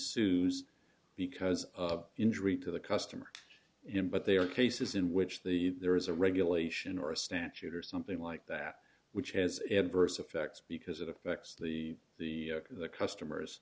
soused because of injury to the customer in but there are cases in which the there is a regulation or a statute or something like that which has adversely affects because it affects the the the customers